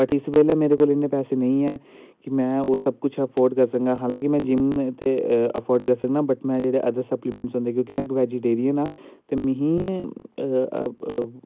but इस बेल्लै मेरे कोल इन्ने पैसे नेंई हैन कि मैं ओह् सब किश ऐफोर्ड करी सकां हलांकि मैं जिम्म ते ऐफोड करी सकना बट मैं जेह्ड़े ऐज़ ऐ सप्पली मैंटस होंदे क्योंकि मैं बैजीटेरियन ऐं ते मीं